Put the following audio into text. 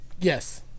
Yes